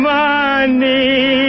money